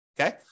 Okay